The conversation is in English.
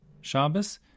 Shabbos